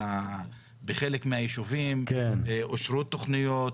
בחלק מהישובים אושרו תכניות.